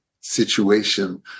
situation